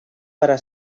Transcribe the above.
para